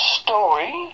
story